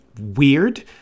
weird